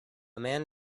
man